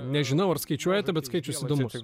nežinau ar skaičiuojate bet skaičius įdomus